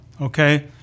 Okay